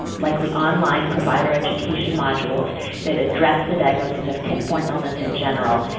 likely online, provider education modules that address the diagnoses of tick-borne illness, in general,